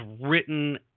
written